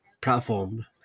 platform